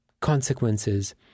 consequences